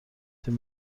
تیم